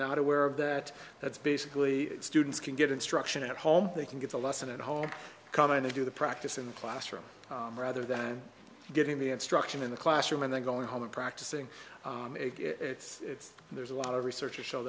not aware of that that's basically students can get instruction at home they can get a lesson at home coming to do the practice in the classroom rather than getting the instruction in the classroom and then going home and practicing it's there's a lot of research to show